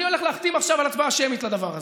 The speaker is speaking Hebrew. אני הולך להחתים עכשיו על הצבעה שמית לדבר הזה.